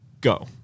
go